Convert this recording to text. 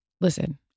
listen